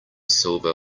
silver